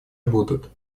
будут